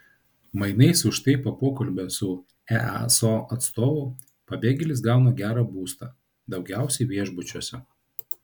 mainais už tai po pokalbio su easo atstovu pabėgėlis gauna gerą būstą daugiausiai viešbučiuose